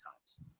times